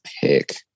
pick